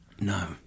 No